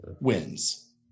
wins